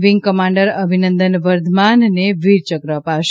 wing commander Abhinandan વર્ધમાનને વીરચક્ર અપાશે